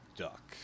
duck